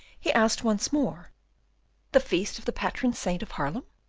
he asked once more the feast of the patron saint of haarlem?